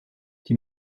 die